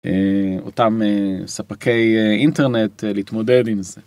אותם ספקי אינטרנט להתמודד עם זה.